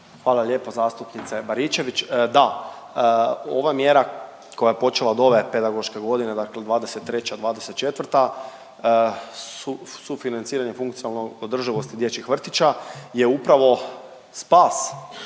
Hvala zastupnice Baričević. Da, ova mjera koja je počela od ove pedagoške godine dakle '23.-'24. sufinanciranje funkcionalno održivosti dječjih vrtića je upravo spas